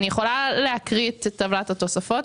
אני יכולה לקרוא את טבלת התוספות.